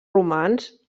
romans